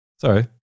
Sorry